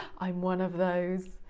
i'm one of those.